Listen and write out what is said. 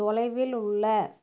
தொலைவில் உள்ள